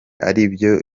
aribyo